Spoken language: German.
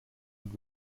und